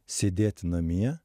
sėdėti namie